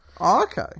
Okay